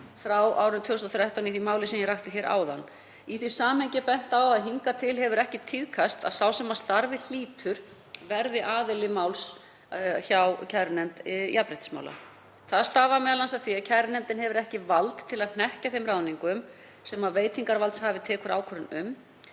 frá árinu 2013, í því máli sem ég rakti hér áðan. Í því samhengi er bent á að hingað til hefur ekki tíðkast að sá sem starfið hlýtur verði aðili máls hjá kærunefnd jafnréttismála. Það stafar m.a. af því að kærunefndin hefur ekki vald til að hnekkja þeim ráðningum sem veitingarvaldshafi tekur ákvörðun um